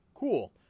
Cool